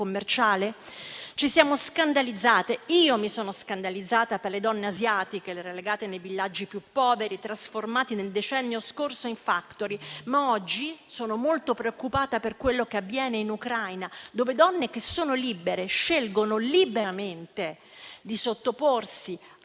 commerciale? Personalmente mi sono scandalizzata per le donne asiatiche relegate nei villaggi più poveri, trasformati, nel decennio scorso, in *factory*. Ma oggi sono molto preoccupata per quello che avviene in Ucraina, dove donne che sono libere scelgono liberamente di sottoporsi